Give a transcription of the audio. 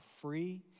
free